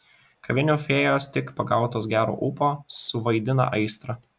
kavinių fėjos tik pagautos gero ūpo suvaidina aistrą